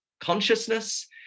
consciousness